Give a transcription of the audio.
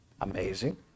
Amazing